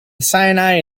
sinai